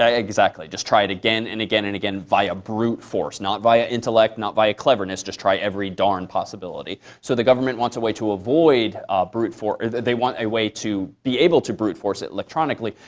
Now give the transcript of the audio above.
ah exactly. just try it again, and again, and again, via brute force, not via intellect, not via cleverness. just try every darn possibility. so the government wants a way to avoid ah brute force they want a way to be able to brute force it electronically,